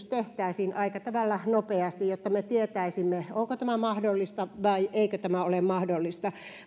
tehtäisiin aika tavalla nopeasti jotta me tietäisimme onko tämä mahdollista vai eikö tämä ole mahdollista